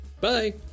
Bye